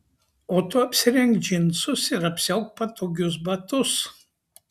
o tu apsirenk džinsus ir apsiauk patogius batus